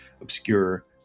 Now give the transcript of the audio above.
obscure